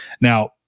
Now